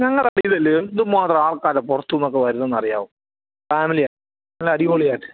ഞങ്ങളുടെ ഇവിടെ ഇതല്ലേ എന്ത് മാത്രം ആൾക്കാരാണ് പുറത്തൂന്നൊക്കെ വരുന്നതെന്നറിയാവോ ഫാമിലിയ നല്ല അടിപൊളിയാ